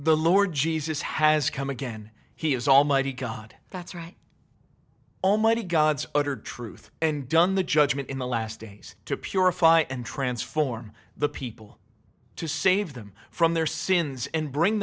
the lord jesus has come again he is almighty god that's right almighty god's utter truth and done the judgment in the last days to purify and transform the people to save them from their sins and bring